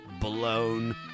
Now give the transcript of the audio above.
Blown